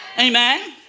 Amen